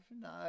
No